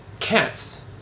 Cats